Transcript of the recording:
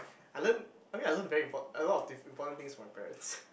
I learn I mean I learn very import~ a lot of diff~ important things from my parents